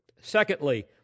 Secondly